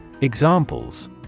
Examples